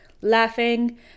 laughing